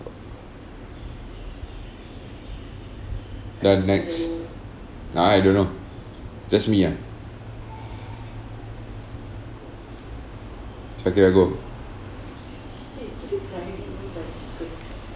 done next ah I don't know just me ah shakira go